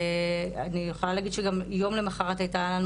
אני יכולה להגיד שגם יום למחרת הייתה לנו